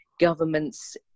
governments